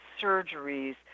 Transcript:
surgeries